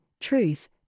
truth